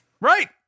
Right